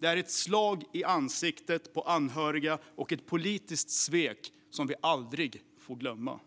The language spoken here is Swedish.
Det är ett slag i ansiktet på anhöriga och ett politiskt svek som vi aldrig får glömma.